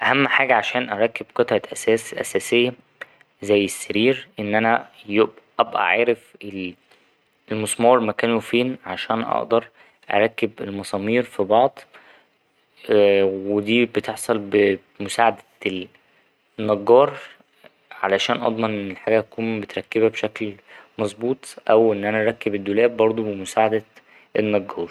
أهم حاجة عشان أركب قطعة أثاث أساسية زي السرير إن أنا أبقى عارف ال ـ المسمار مكانه فين عشان أقدر أركب المسامير في بعض و دي بتحصل بـ - بمساعدة النجار علشان أضمن إن الحاجة تكون متركبة بشكل مظبوط أو إن أنا أركب الدولاب بردو بمساعدة النجار.